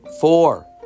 Four